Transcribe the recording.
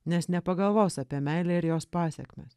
nes nepagalvos apie meilę ir jos pasekmes